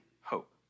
hope